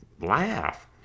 laugh